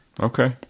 okay